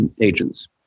agents